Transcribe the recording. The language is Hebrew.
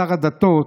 שר הדתות,